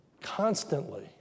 constantly